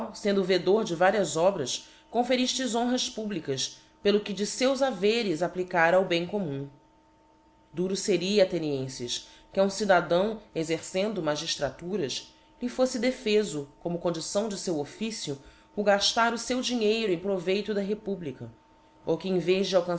fendo vedor de varias obras conferiftes honras publicas pelo que de feus haveres applicara ao bem commum duro feria athenienfes que a um cidadão exercendo magiftraturas lhe foffe defefo como condição de feu oficio o gaftar o feu dinheiro em proveito da republica ou que em vez de